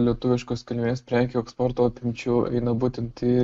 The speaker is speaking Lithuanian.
lietuviškos kilmės prekių eksporto apimčių eina būtent į